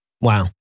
Wow